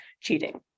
cheating